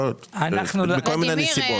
בשל כל מיני סיבות.